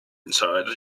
inside